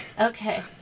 Okay